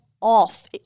off